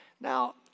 Now